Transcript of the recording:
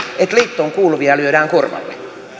että liittoon kuuluvia lyödään korvalle